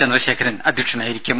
ചന്ദ്രശേഖരൻ അധ്യക്ഷനായിരിക്കും